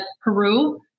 Peru